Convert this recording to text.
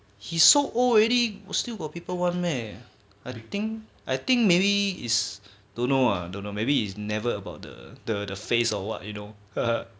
he so old already still got people want meh I think I think maybe is don't uh don't know maybe is never about the the face or what you know